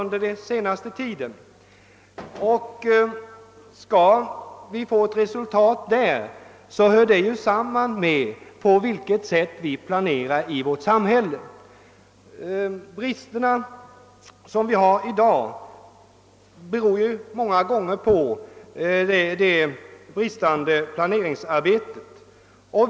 Om vi skall lyckas nå resultat i detta sammanhang hänger ju samman med på vilket sätt vi planerar i vårt samhälle. De brister som i dag finns beror ju i många fall på svagheter i planeringsarbetet.